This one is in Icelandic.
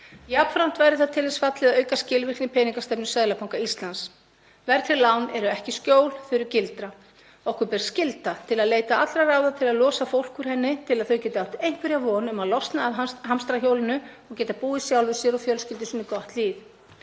Jafnframt væri það til þess fallið að auka skilvirkni í peningastefnu Seðlabanka Íslands. Verðtryggð lán eru ekki skjól, þau eru gildra. Okkur ber skylda til að leita allra ráða til að losa fólk úr henni til að það geti átt einhverja von um að losna úr hamsturshjólinu og geti búið sjálfu sér og fjölskyldu sinni gott líf.